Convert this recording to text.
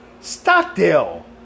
Stockdale